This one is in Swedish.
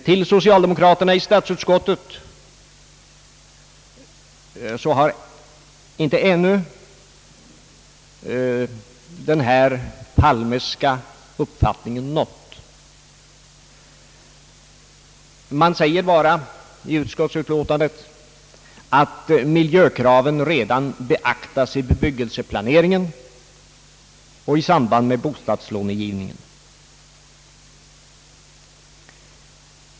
Till socialdemokraterna i statsutskottet har den här Palmeska uppfattningen dock ännu inte nått. Man säger bara i utskottsutlåtandet att miljökraven redan beaktas i bebyggelseplaneringen och i samband med bostadslånegivningen.